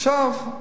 עכשיו,